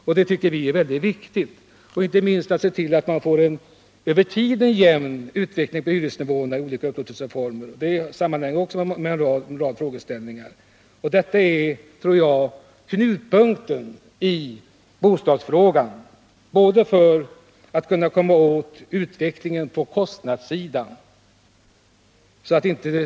Inte minst tycker vi det är viktigt att söka få en över tiden jämn utveckling av hyresnivåerna i olika upplåtelseformer. Detta är, tror jag, knutpunkten i bostadsfrågan. Vi måste komma åt utvecklingen på kostnadssidan.